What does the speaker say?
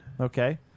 Okay